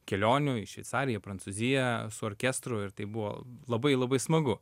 kelionių į šveicariją į prancūziją su orkestru ir tai buvo labai labai smagu